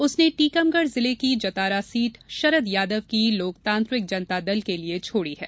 उसने टीकमगढ़ जिले की जतारा सीट शरद यादव की लोकतांत्रिक जनता दल के लिये छोड़ी है